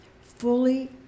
fully